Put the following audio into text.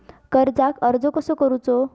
कर्जाक अर्ज कसो करूचो?